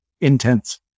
intense